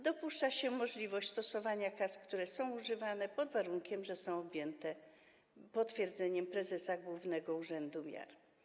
Dopuszcza się możliwość stosowania kas, które są używane, pod warunkiem że są one objęte potwierdzeniem prezesa Głównego Urzędu Miar.